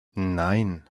nein